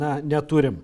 na neturim